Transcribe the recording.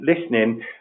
listening